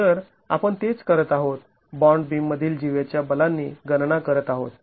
तर आपण तेच करत आहोत बॉन्ड बीम मधील जीवेच्या बलांनी गणना करत आहोत